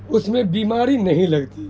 اس میں بیماری نہیں لگتی